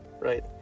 right